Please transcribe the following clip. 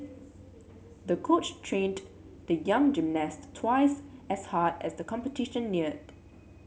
the coach trained the young gymnast twice as hard as the competition neared